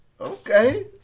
Okay